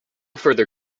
further